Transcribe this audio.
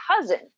cousin